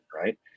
right